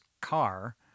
car